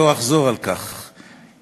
יעלה חבר הכנסת יעקב פרי,